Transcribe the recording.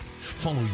Follow